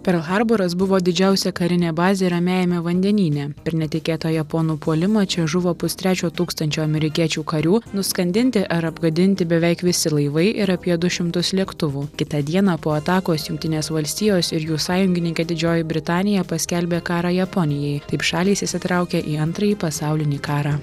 perl harboras buvo didžiausia karinė bazė ramiajame vandenyne ir netikėtą japonų puolimą čia žuvo pustrečio tūkstančio amerikiečių karių nuskandinti ar apgadinti beveik visi laivai ir apie du šimtus lėktuvų kitą dieną po atakos jungtinės valstijos ir jų sąjungininkė didžioji britanija paskelbė karą japonijai taip šalys įsitraukė į antrąjį pasaulinį karą